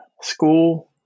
school